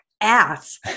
ass